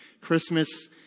Christmas